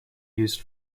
used